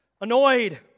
annoyed